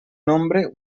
nombre